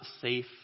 safe